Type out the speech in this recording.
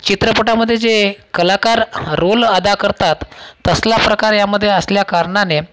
चित्रपटामधे जे कलाकार रोल अदा करतात तसला प्रकार यामध्ये असल्याकारणाने